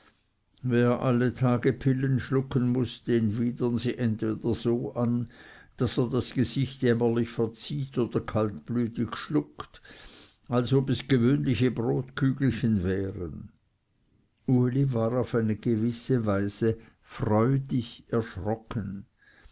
wer alle tage pillen schlucken muß den widern sie entweder so an daß er das gesicht jämmerlich verzieht oder kaltblütig schluckt als ob es gewöhnliche brotkügelchen wären uli war auf eine gewisse weise freudig erschrocken